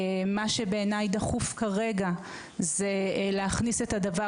מה שבעיניי דחוף כרגע זה להכניס את הדבר